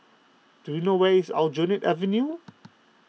do you know where is Aljunied Avenue